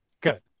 Good